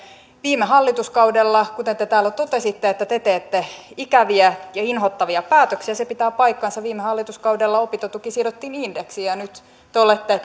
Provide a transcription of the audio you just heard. viime hallituskaudella kuten te täällä totesitte että te teette ikäviä ja inhottavia päätöksiä se pitää paikkansa opintotuki sidottiin indeksiin ja nyt te olette